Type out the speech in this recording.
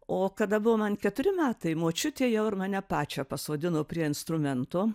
o kada buvo man keturi metai močiutė jau ir mane pačią pasodino prie instrumento